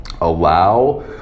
allow